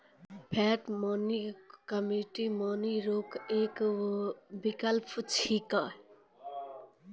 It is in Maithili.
फिएट मनी कमोडिटी मनी रो एक विकल्प छिकै